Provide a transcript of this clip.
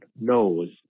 knows